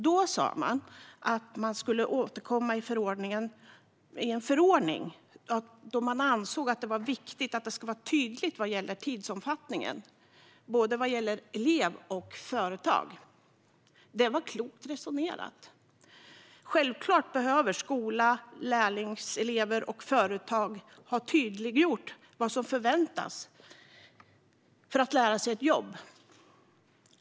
Då sa man att man skulle återkomma i en förordning, då man ansåg att det var viktigt att tidsomfattningen var tydlig för både elev och företag. Det var klokt resonerat. Självklart ska det vara tydliggjort för skola, lärlingselever och företag vad som förväntas för att lära sig ett jobb.